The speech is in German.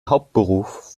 hauptberuf